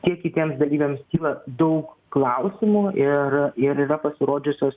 tiek kitiems dalyviams kyla daug klausimų ir ir yra pasirodžiusios